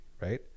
right